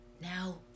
now